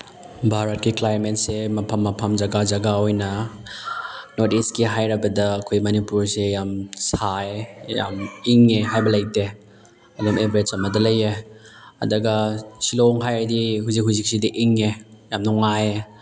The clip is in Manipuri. ꯚꯥꯔꯠꯀꯤ ꯀ꯭ꯂꯥꯏꯃꯦꯠꯁꯦ ꯃꯐꯝ ꯃꯐꯝ ꯖꯒꯥ ꯖꯒꯥ ꯑꯣꯏꯅ ꯅꯣꯔꯠ ꯏꯁꯀꯤ ꯍꯥꯏꯔꯕꯗ ꯑꯩꯈꯣꯏ ꯃꯅꯤꯄꯨꯔꯁꯦ ꯌꯥꯝ ꯁꯥꯏꯌꯦ ꯌꯥꯝ ꯏꯪꯉꯦ ꯍꯥꯏꯕ ꯂꯩꯇꯦ ꯑꯗꯨꯝ ꯑꯦꯕꯔꯦꯖ ꯑꯃꯗ ꯂꯩꯌꯦ ꯑꯗꯨꯒ ꯁꯤꯂꯣꯡ ꯍꯥꯏꯔꯗꯤ ꯍꯧꯖꯤꯛ ꯍꯧꯖꯤꯛ ꯁꯤꯗ ꯏꯪꯉꯦ ꯌꯥꯝ ꯅꯨꯡꯉꯥꯏꯌꯦ